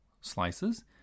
slices